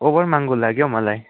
over महँगो लाग्यो हौ मलाई